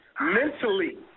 mentally